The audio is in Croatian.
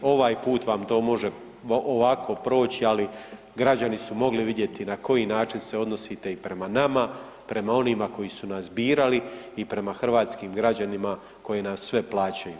Ovaj put vam to može ovako proći, ali građani su mogli vidjeti na koji način se odnosite i prema nama, prema onima koji su nas birali i prema hrvatskim građanima koji nas sve plaćaju.